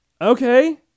okay